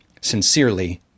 Sincerely